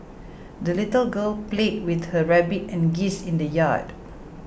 the little girl played with her rabbit and geese in the yard